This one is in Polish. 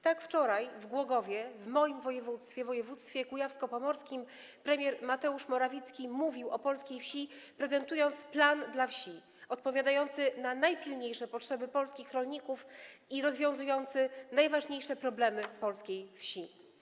Tak wczoraj w Głogowie, w moim województwie, w województwie kujawsko-pomorskim, premier Mateusz Morawiecki mówił o polskiej wsi, prezentując plan dla wsi odpowiadający na najpilniejsze potrzeby polskich rolników i rozwiązujący najważniejsze problemy polskiej wsi.